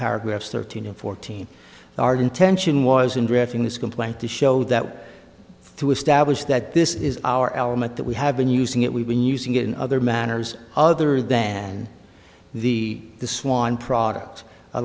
paragraphs thirteen and fourteen our intention was in drafting this complaint to show that to establish that this is our element that we have been using it we've been using it in other manners other than the the swan product